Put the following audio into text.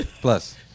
Plus